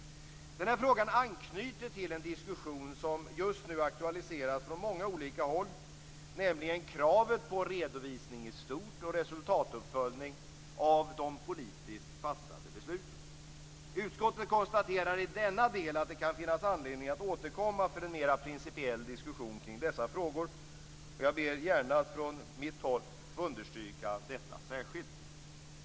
Den här frågan anknyter till en diskussion som just nu aktualiseras från många olika håll, nämligen kravet på redovisning i stort och resultatuppföljning av de politiskt fattade besluten. Utskottet konstaterar i denna del att det kan finnas anledning att återkomma för en mer principiell diskussion kring dessa frågor. Jag ber gärna att från mitt håll få understryka detta särskilt.